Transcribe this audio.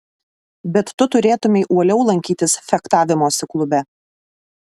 bet tu turėtumei uoliau lankytis fechtavimosi klube